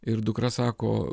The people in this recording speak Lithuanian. ir dukra sako